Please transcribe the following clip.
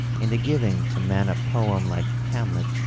in the giving to man a poem like hamlet,